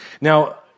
Now